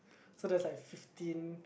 so that's like fifteen